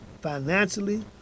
financially